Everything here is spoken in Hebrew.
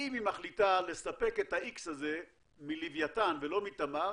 אם היא מחליטה לספק את ה-X הזה מלווייתן ולא מתמר